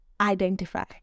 identify